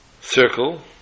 circle